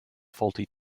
faulty